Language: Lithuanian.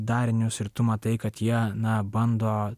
darinius ir tu matai kad jie na bando